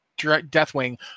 Deathwing